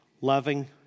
loving